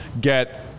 get